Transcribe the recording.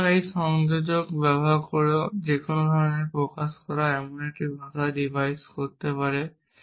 সুতরাং এই সংযোজক ব্যবহার ব্যবহার করে যে কোনও কিছু প্রকাশ করা এমন একটি ভাষা ডিভাইস করতে পারে